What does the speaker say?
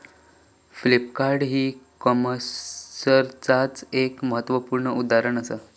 Flipkart e कॉमर्सचाच एक महत्वपूर्ण उदाहरण असा